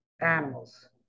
animals